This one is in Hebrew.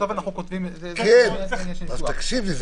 בסוף אנחנו כותבים --- תקשיב לי.